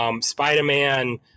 Spider-Man